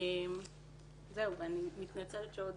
אני מתנצלת שעוד